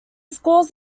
scores